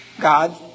God